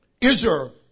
Israel